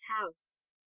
house